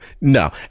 No